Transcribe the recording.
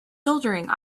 soldering